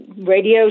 radio